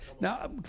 Now